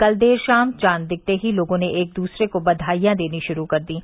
कल देर शाम चाँद दिखते ही लोगों ने एक दूसरे को बधाईयां देनी शुरू कर दीं